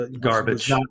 garbage